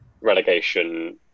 relegation